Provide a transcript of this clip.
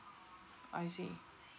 I see